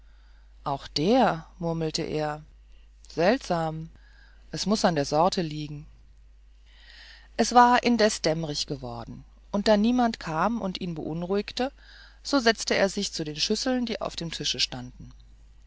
auch der murmelte er seltsam es muß in der sorte liegen es war indes dämmerig geworden und da niemand kam und ihn beunruhigte so setzte er sich zu den schüsseln die auf dem tisch standen